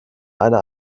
eine